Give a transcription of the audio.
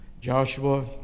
Joshua